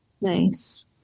nice